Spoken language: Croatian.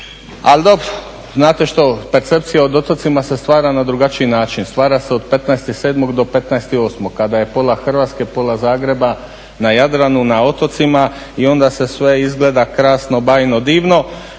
ali dobro. Znate što, percepcija o otocima se stvara na drugačiji način. Stvara se od 15.07. do 15.08. kada je pola Hrvatske pola Zagreba na Jadranu na otocima i onda sve izgleda krasno, bajno, divno